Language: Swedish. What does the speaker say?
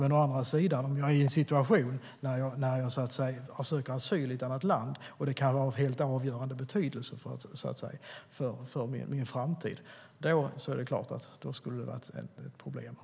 Men om jag å andra sidan är i en situation där jag söker asyl i ett annat land och detta kan vara av helt avgörande betydelse för min framtid är det klart att det skulle vara ett problem.